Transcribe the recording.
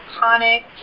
iconic